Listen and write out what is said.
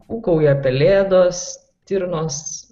ūkauja pelėdos stirnos